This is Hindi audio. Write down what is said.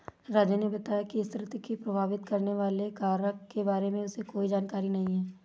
राजू ने बताया कि स्थिरता को प्रभावित करने वाले कारक के बारे में उसे कोई जानकारी नहीं है